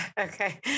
Okay